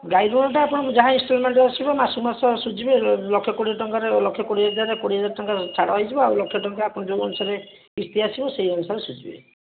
ଗାଈ ଋଣଟା ଆପଣଙ୍କୁ ଯାହା ଇନଷ୍ଟଲମେଣ୍ଟ ଆସିବ ମାସକୁ ମାସ ସୁଝିବେ ଲକ୍ଷେ କୋଡ଼ିଏ ଟଙ୍କାରେ ଲକ୍ଷେ କୋଡ଼ିଏ ହଜାରରେ କୋଡ଼ିଏ ହଜାର ଟଙ୍କା ଛାଡ଼ ହେଇଯିବ ଆଉ ଲକ୍ଷେ ଟଙ୍କା ଆପଣ ଯେଉଁ ଅନୁସାରେ କିସ୍ତି ଆସିବ ସେହି ଅନୁସାରେ ସୁଝିବେ